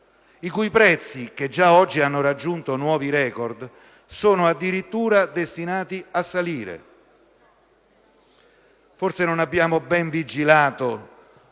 i cui prezzi, che già oggi hanno raggiunto nuovi record sono addirittura destinati a salire. Forse non abbiamo bene vigilato